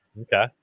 Okay